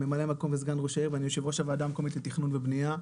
אני יושב-ראש הוועדה המקומית לתכנון ובנייה.